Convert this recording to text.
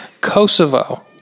Kosovo